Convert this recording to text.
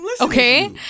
okay